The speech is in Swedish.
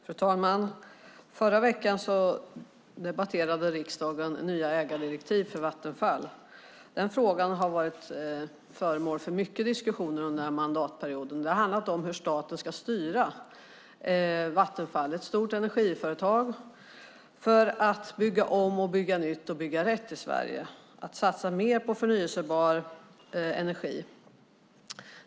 Fru talman! Förra veckan debatterade riksdagen nya ägardirektiv för Vattenfall. Den frågan har varit föremål för många diskussioner under den här mandatperioden. Det har handlat om hur staten ska styra Vattenfall - det är ett stort energiföretag - för att bygga om, bygga nytt och bygga rätt i Sverige och satsa mer på förnybar energi.